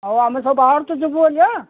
ଆଉ ଆମେ ସବୁ ବାହାରୁଛୁ ଯିବୁ ଆଜ୍ଞା